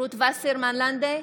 רות וסרמן לנדה,